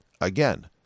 Again